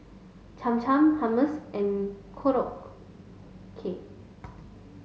Cham Cham Hummus and Korokke